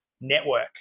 Network